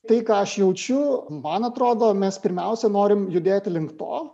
tai ką aš jaučiu man atrodo mes pirmiausia norim judėti link to